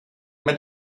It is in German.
mit